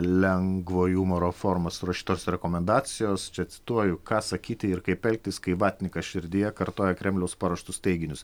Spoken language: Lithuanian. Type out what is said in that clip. lengvo jumoro forma surašytos rekomendacijos čia cituoju ką sakyti ir kaip elgtis kai vatnikas širdyje kartoja kremliaus paruoštus teiginius